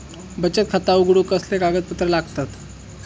बचत खाता उघडूक कसले कागदपत्र लागतत?